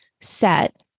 set